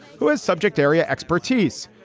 who is subject area expertise.